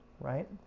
right